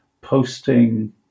posting